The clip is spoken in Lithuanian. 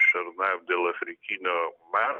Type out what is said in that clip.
šernam dėl afrikinio maro